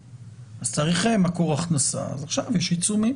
אז צריך מקור הכנסה אז עכשיו יש עיצומים.